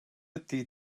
ydy